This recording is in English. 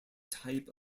type